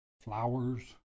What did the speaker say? flowers